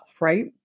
right